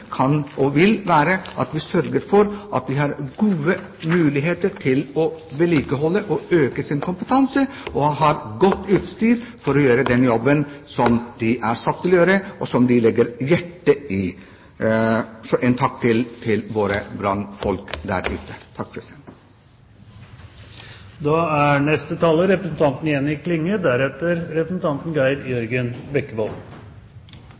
kan og vil være at vi sørger for at de har gode muligheter til å vedlikeholde og øke sin kompetanse og har godt utstyr for å gjøre den jobben de er satt til å gjøre, og som de legger hjertet i. Så en takk til våre brannfolk der ute! Å miste huset sitt i brann blir opplevd som ein tragedie, og endå verre er